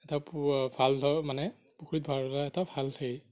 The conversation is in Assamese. এটা ভাল মানে পুখুৰীত ভাল এটা ভাল হেৰি